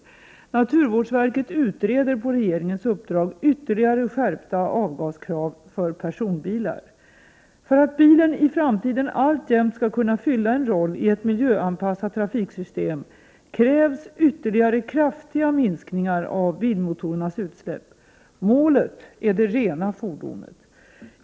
Naturvårdsverket utreder på regeringens uppdrag ytterligare skärpta avgaskrav för personbilar. För att bilen i framtiden alltjämt skall kunna fylla en rolli ett miljöanpassat trafiksystem krävs ytterligare kraftiga minskningar av bilmotorernas utsläpp. Målet är det rena fordonet.